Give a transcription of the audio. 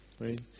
Right